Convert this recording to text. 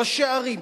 ראשי ערים,